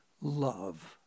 love